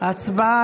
ההצבעה